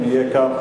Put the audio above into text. אם יהיה כאן,